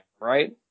right